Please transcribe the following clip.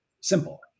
Simple